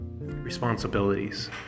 responsibilities